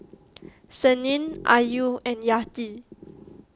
Senin Ayu and Yati